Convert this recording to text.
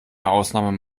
ausnahme